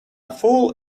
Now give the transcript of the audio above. fool